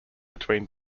between